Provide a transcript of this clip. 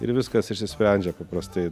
ir viskas išsisprendžia paprastai